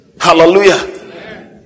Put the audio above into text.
Hallelujah